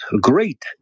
great